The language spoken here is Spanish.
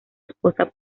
esposa